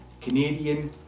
Canadian